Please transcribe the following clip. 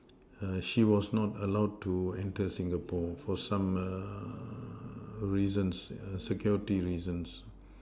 her she was not allowed to enter Singapore for some err reasons err security reasons